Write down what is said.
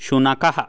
शुनकः